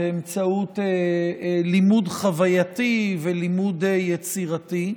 באמצעות לימוד חווייתי ולימוד יצירתי.